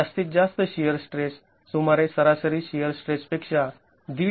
जास्तीत जास्त shear stress सुमारे सरासरी शिअर स्ट्रेस पेक्षा १